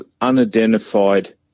unidentified